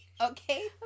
Okay